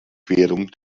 querung